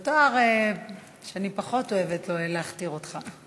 זה תואר שאני פחות אוהבת להכתיר אותך.